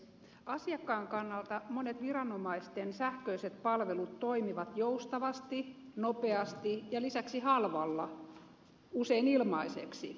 asiakkaan kannalta monet viranomaisten sähköiset palvelut toimivat joustavasti nopeasti ja lisäksi halvalla usein ilmaiseksi